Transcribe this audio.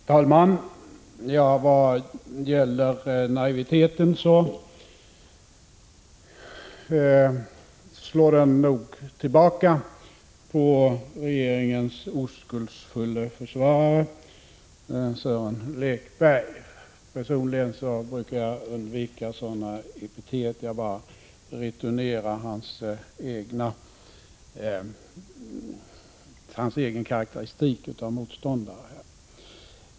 Herr talman! I vad gäller naiviteten slår den nog tillbaka på regeringens oskuldsfulle försvarare Sören Lekberg. Personligen brukar jag undvika sådana epitet, och nu returnerar jag bara hans egen karakteristik av motståndare.